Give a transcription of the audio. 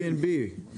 Airbnb,